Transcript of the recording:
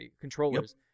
Controllers